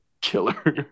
killer